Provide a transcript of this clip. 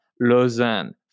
Lausanne